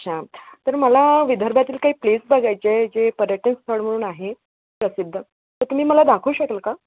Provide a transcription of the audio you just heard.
अच्छा तर मला विदर्भातील काही प्लेस बघायचे आहे जे पर्यटनस्थळ म्हणून आहे प्रसिद्ध तर तुम्ही मला दाखवू शकाल का